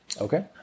Okay